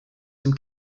dem